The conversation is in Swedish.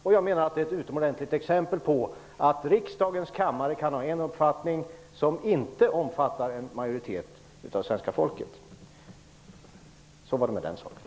Detta är ett utomordentligt exempel på att riksdagens kammare kan ha en uppfattning som inte omfattas av en majoritet av det svenska folket. Så var det med den saken.